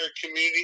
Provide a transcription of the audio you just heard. community